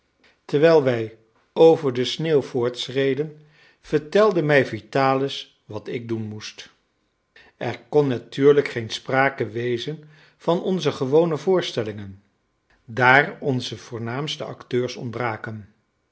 terwijl wij over de sneeuw voortschreden vertelde mij vitalis wat ik doen moest er kon natuurlijk geen sprake wezen van onze gewone voorstellingen daar onze voornaamste acteurs ontbraken